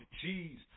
cheese